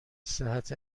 صحت